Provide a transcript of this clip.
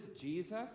jesus